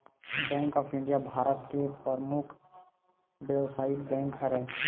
bank of India Bharat के परमुख बेवसायिक बेंक हरय